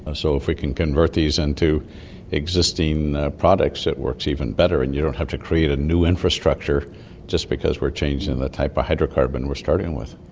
so if we can convert these into existing products it works even better and you don't have to create a new infrastructure just because we're changing the type of hydrocarbon we're starting with.